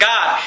God